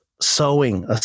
sewing